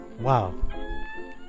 Wow